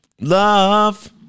Love